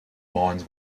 mines